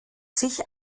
sich